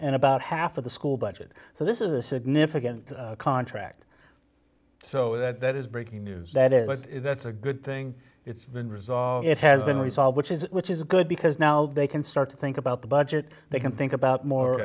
and about half of the school budget so this is a significant contract so that is breaking news that is but that's a good thing it's been resolved it has been resolved which is which is good because now they can start to think about the budget they can think about more